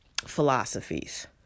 philosophies